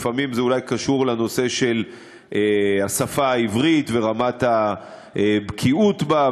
לפעמים זה קשור אולי לנושא של השפה העברית ורמת הבקיאות בה,